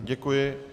Děkuji.